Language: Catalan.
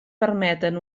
permeten